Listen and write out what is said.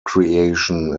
creation